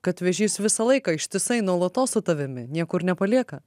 kad vėžys visą laiką ištisai nuolatos su tavimi niekur nepalieka